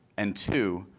and, two,